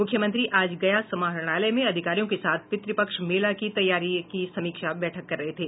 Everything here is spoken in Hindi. मुख्यमंत्री आज गया समाहरणालय में अधिकारियों के साथ पितृपक्ष मेला की तैयारियों की समीक्षा बैठक कर रहे थे